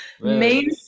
main